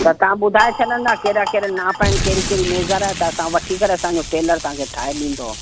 त तव्हां ॿुधाए छॾंदा कहिड़ा कहिड़ा नाप आहिनि कहिड़ी कहिड़ी मेज़र आहे त असां वठी करे असांजो टेलर तव्हां खे ठाहे ॾींदो